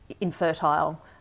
infertile